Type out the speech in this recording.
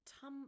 tum